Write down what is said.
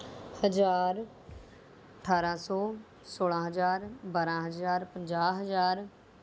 ਹਜ਼ਾਰ ਅਠਾਰਾਂ ਸੌ ਸੌਲ੍ਹਾਂ ਹਜ਼ਾਰ ਬਾਰ੍ਹਾਂ ਹਜ਼ਾਰ ਪੰਜਾਹ ਹਜ਼ਾਰ